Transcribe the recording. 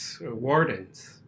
Wardens